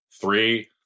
three